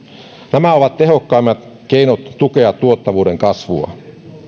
nämä ovat tehokkaimmat keinot tukea tuottavuuden kasvua